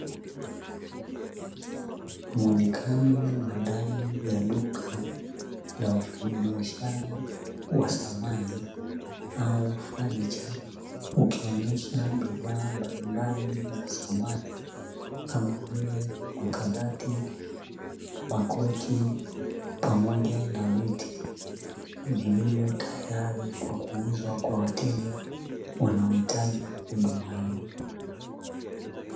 Muonekano wa ndani ya duka la wafanyabiashara wa samani au fanicha ukioneshwa bidhaa mbalimbali za samani kama vile: makabati, makochi pamoja na viti vilivyotayari kwa kuuzwa kwa wateja wanaohitaji huduma hiyo.